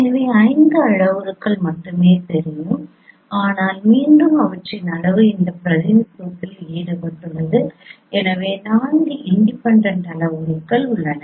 எனவே 5 அளவுருக்கள் மட்டுமே தெரியும் ஆனால் மீண்டும் அவற்றின் அளவு இந்த பிரதிநிதித்துவத்தில் ஈடுபட்டுள்ளது எனவே 4 இண்டிபெண்டெண்ட் அளவுருக்கள் உள்ளன